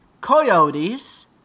coyotes